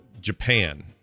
Japan